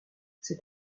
cet